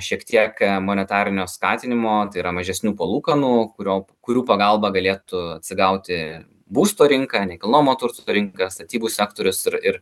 šiek tiek monetarinio skatinimo tai yra mažesnių palūkanų kuriop kurių pagalba galėtų atsigauti būsto rinka nekilnojamo turto rinka statybų sektorius ir ir